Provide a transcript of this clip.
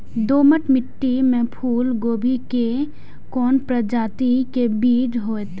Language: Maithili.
दोमट मिट्टी में फूल गोभी के कोन प्रजाति के बीज होयत?